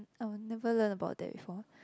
I will never learn about that before